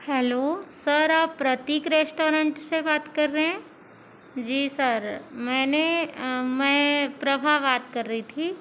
hello sir आप Prateek restaurant से बात कर रहे हैं जी सर मैंने मैं प्रभा बात कर रही थी